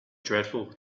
dreadful